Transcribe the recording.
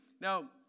Now